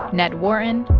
ned wharton.